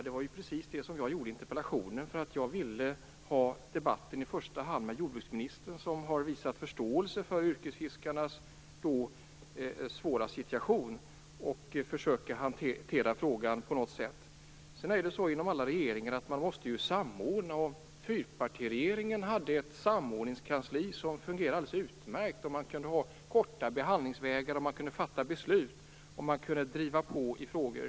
Det var ju precis det jag gjorde när jag framställde interpellationen, eftersom jag i första hand ville ta debatten med jordbruksministern, som har visat förståelse för yrkesfiskarnas svåra situation och som har försökt att hantera frågan på något sätt. Inom alla regeringar måste det finnas en viss samordning. Fyrpartiregeringen hade ett samordningskansli som fungerade alldeles utmärkt. Det innebar korta behandlingsvägar. Man kunde också fatta beslut och driva på i frågor.